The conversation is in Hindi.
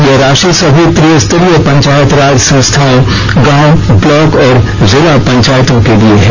यह राशि सभी त्रिस्तिरीय पंचायत राज संस्थाओं गांव ब्लॉक और जिला पंचायतों के लिए है